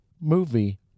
movie